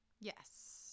yes